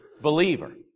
believer